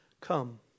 Come